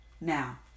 Now